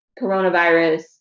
coronavirus